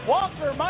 Walker